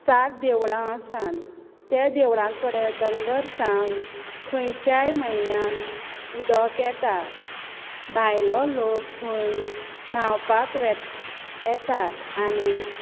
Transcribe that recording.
सात देवळां आसात त्या देवळां कडेन दर वर्सा खंयच्याय म्हयन्यान उदक येता भायलो लोक थोंय न्हांवपाक येतात आनी